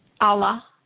Allah